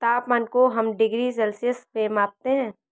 तापमान को हम डिग्री सेल्सियस में मापते है